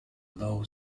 low